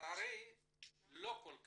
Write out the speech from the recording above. לצערי לא כל כך.